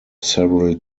several